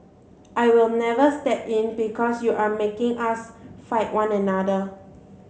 I will never step in because you are making us fight one another